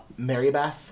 Marybeth